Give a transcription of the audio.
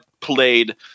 played